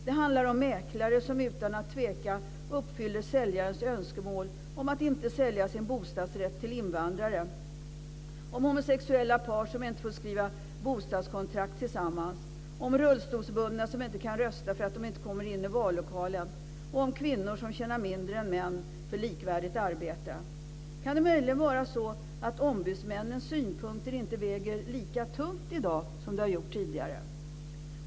Det handlar om mäklare som utan att tveka uppfyller säljarens önskemål om att inte sälja sin bostadsrätt till invandrare, om homosexuella par som inte får skriva bostadskontrakt tillsammans, om rullstolsbundna som inte kan rösta för att de inte kommer in i vallokalen och om kvinnor som tjänar mindre än män för likvärdigt arbete. Kan det möjligen vara så att ombudsmännens synpunkter inte väger lika tungt i dag som tidigare?